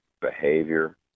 behavior